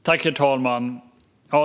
Herr talman!